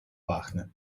пахне